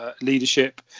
leadership